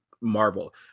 marvel